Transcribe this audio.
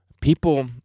People